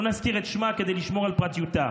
לא נזכיר את שמה כדי לשמור על פרטיותה,